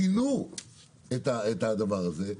שינו את הדבר הזה,